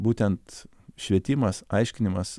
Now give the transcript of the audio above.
būtent švietimas aiškinimas